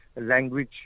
language